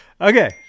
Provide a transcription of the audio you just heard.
Okay